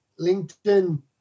LinkedIn